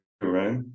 Right